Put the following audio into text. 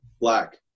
Black